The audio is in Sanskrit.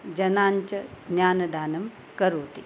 जनाञ्च ज्ञानदानं करोति